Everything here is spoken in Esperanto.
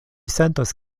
sentas